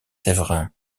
séverin